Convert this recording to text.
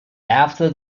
after